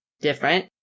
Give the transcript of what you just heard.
different